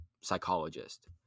psychologist